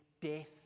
death